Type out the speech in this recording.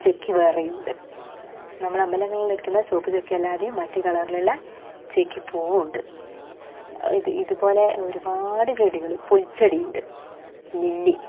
ചെക്കി വേറെയുണ്ട് നമ്മൾ അമ്പലങ്ങളിൽ എടുക്കുന്ന ചുവപ്പ് ചെക്കി അല്ലാതെ മറ്റു കളറിലുള്ള ചെക്കി പൂവും ഉണ്ട് ഇത് ഇതുപോലെ ഒരുപാട് ചെടികൾ പുൽച്ചെടിയുണ്ട് ലില്ലി